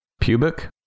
Pubic